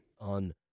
on